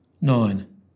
Nine